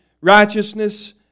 righteousness